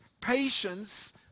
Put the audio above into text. patience